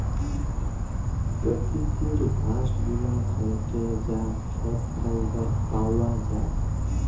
পকিতির বাস্ট গুলা থ্যাকে যা ছব ফাইবার পাউয়া যায়